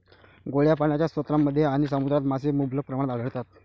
गोड्या पाण्याच्या स्रोतांमध्ये आणि समुद्रात मासे मुबलक प्रमाणात आढळतात